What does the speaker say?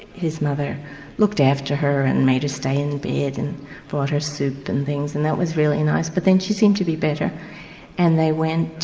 his mother looked after her and made her stay in bed and brought her soup and things and that was really nice. but then she seemed to be better and they went